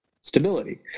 stability